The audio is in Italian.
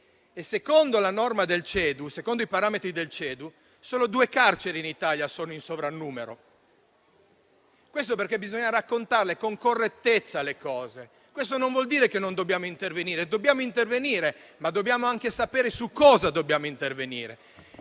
Secondo i parametri del CEDU, solo due carceri in Italia sono in sovrannumero di detenuti, lo dico perché bisogna raccontarle con correttezza le cose. Questo non vuol dire che non dobbiamo intervenire, dobbiamo intervenire ma dobbiamo anche sapere su cosa dobbiamo intervenire